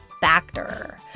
Factor